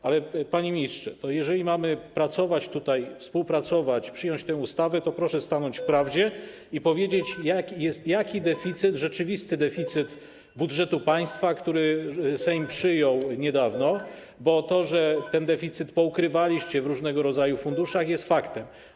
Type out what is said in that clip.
Dzwonek Panie ministrze, jeżeli mamy pracować tutaj, współpracować, przyjąć tę ustawę, to proszę stanąć w prawdzie i powiedzieć, jaki jest deficyt, rzeczywisty deficyt budżetu państwa, który niedawno Sejm przyjął, bo to, że ten deficyt poukrywaliście w różnego rodzaju funduszach, jest faktem.